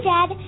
Dad